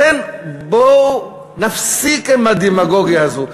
לכן, בואו נפסיק עם הדמגוגיה הזאת.